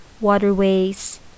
waterways